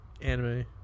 anime